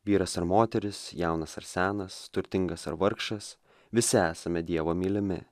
vyras ar moteris jaunas ar senas turtingas ar vargšas visi esame dievo mylimi